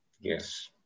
yes